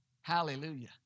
Hallelujah